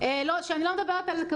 הם הרי עובדים, הם לא נדבקים, הם